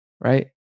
right